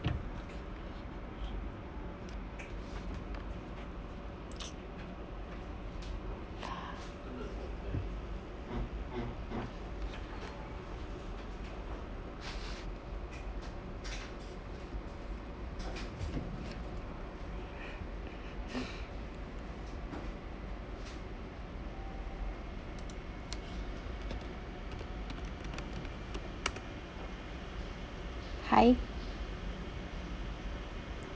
hi